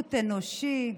עיוות אנושי,